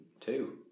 Two